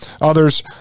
Others